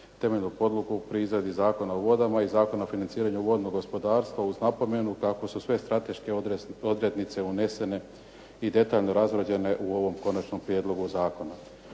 temeljnu podlogu pri izradi Zakona o vodama i Zakona o financiranju vodnog gospodarstva, uz napomenu kako su sve strateške odrednice unesene i detaljno razrađene u ovom konačnom prijedlogu zakona.